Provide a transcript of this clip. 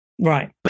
Right